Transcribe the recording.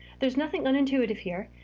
there's nothing non-intuitive here.